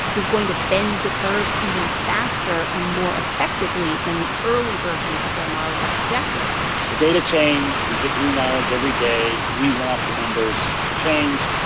was going to bend the curve even faster and more effectively than the early version of their model had projected the data change would get new knowledge every day. we want the numbers to change.